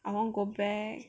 I want go back